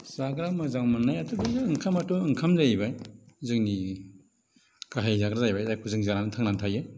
जाग्रा मोजां मोननायाथ' बेनो ओंखामाथ' ओंखाम जाहैबाय जोंनि गाहाय जाग्रा जाबाय जायखौ जों जानानै थांनानै थायो